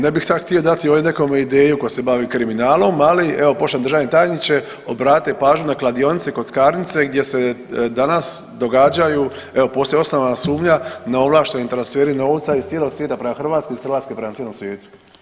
Ne bih sad htio dati ovdje nekome ideju ko se bavi kriminalom, ali evo poštovani državni tajniče obratite pažnju na kladionice i kockarnice gdje se danas događaju, evo postoji osnovana sumnja neovlašteni transferi novca iz cijelog svijeta prema Hrvatskoj i iz Hrvatske prema cijelom svijetu.